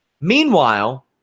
Meanwhile